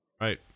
Right